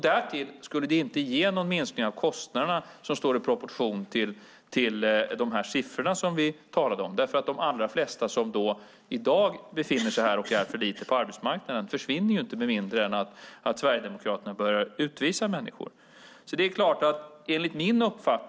Därtill skulle det inte ge någon minskning av kostnaderna som står i proportion till de siffror som vi talade om, eftersom de allra flesta som i dag befinner sig här och är för lite på arbetsmarknaden inte försvinner med mindre än att Sverigedemokraterna börjar utvisa människor.